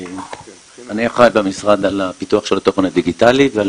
אחראי במשרד על הפיתוח של התוכן הדיגיטלי ועל